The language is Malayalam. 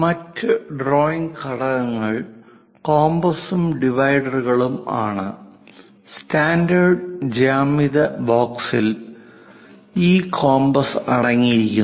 മറ്റ് ഡ്രോയിംഗ് ഘടകങ്ങൾ കോമ്പസും ഡിവിഡറുകളും ആണ് സ്റ്റാൻഡേർഡ് ജ്യാമിതീയ ബോക്സിൽ ഈ കോമ്പസ് അടങ്ങിയിരിക്കുന്നു